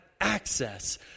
access